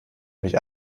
mich